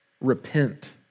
Repent